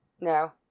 No